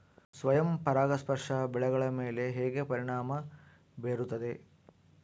ಸ್ವಯಂ ಪರಾಗಸ್ಪರ್ಶ ಬೆಳೆಗಳ ಮೇಲೆ ಹೇಗೆ ಪರಿಣಾಮ ಬೇರುತ್ತದೆ?